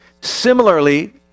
Similarly